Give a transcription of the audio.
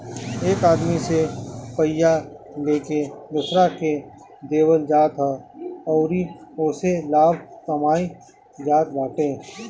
एक आदमी से पइया लेके दोसरा के देवल जात ह अउरी ओसे लाभ कमाइल जात बाटे